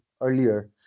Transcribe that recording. earlier